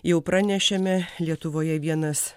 jau pranešėme lietuvoje vienas